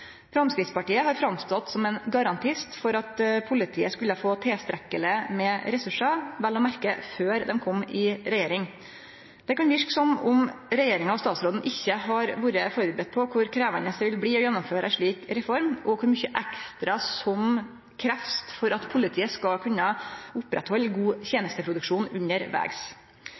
Framstegspartiet har stått fram som ein garantist for at politiet skulle få tilstrekkeleg med ressursar, vel å merke før dei kom i regjering. Det kan verke som om regjeringa og statsråden ikkje har vore førebudd på kor krevjande det vil bli å gjennomføre ei slik reform, og kor mykje ekstra det krev for at politiet skal kunne halde ved lag god tenesteproduksjon